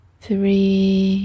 three